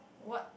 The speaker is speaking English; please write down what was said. what